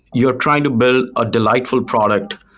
you're trying to build a delightful product,